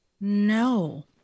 No